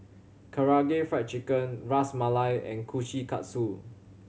Karaage Fried Chicken Ras Malai and Kushikatsu